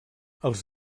els